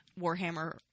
Warhammer